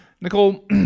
Nicole